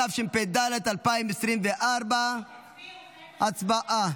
התשפ"ד 2024. הצבעה.